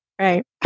Right